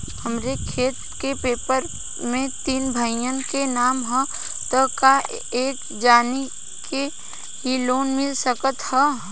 हमरे खेत के पेपर मे तीन भाइयन क नाम ह त का एक जानी के ही लोन मिल सकत ह?